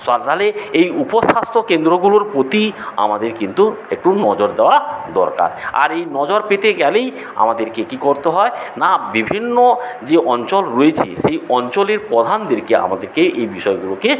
সব তাহলে এই উপস্বাস্থ্য কেন্দ্রগুলোর প্রতি আমাদের কিন্তু একটু নজর দেওয়া দরকার আর এই নজর পেতে গেলেই আমাদেরকে কী করতে হয় না বিভিন্ন যে অঞ্চল রয়েছে সেই অঞ্চলের প্রধানদেরকে আমাদেরকে এই বিষয়গুলোকে